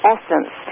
Essence